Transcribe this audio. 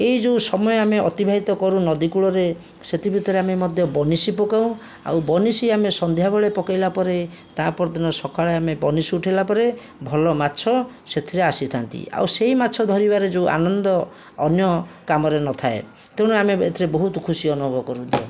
ଏହି ଯେଉଁ ସମୟ ଆମେ ଅତିବାହିତ କରୁ ନଦୀ କୂଳରେ ସେଥିଭିତରେ ଆମେ ମଧ୍ୟ ବନିଶୀ ପକାଉ ଆଉ ବନିଶୀ ଆମେ ସନ୍ଧ୍ୟାବେଳେ ପକାଇଲା ପରେ ତା' ପରଦିନ ସକାଳେ ଆମେ ବନିଶୀ ଉଠାଇଲା ପରେ ଭଲ ମାଛ ସେଥିରେ ଆସିଥାନ୍ତି ଆଉ ସେହି ମାଛ ଧରିବାରେ ଯେଉଁ ଆନନ୍ଦ ଅନ୍ୟ କାମରେ ନଥାଏ ତେଣୁ ଆମେ ଏଥିରେ ବହୁତ ଖୁସି ଅନୁଭବ କରୁ